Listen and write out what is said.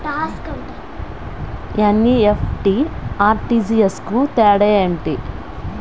NEFT, RTGS కు తేడా ఏంటి?